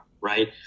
Right